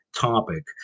topic